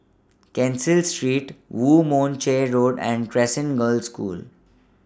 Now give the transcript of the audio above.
Cecil Street Woo Mon Chew Road and Crescent Girls' School